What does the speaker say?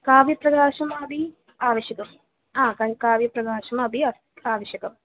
काव्यप्रकाशमादि आवश्यकम् आ कं काव्यप्रकाशमपि अस् आवश्यकम्